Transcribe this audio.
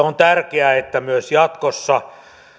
on tärkeää että myös jatkossa